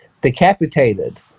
decapitated